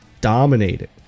dominated